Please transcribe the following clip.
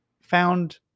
found